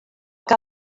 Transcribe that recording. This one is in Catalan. que